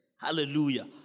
Hallelujah